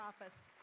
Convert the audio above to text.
office